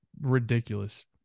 ridiculous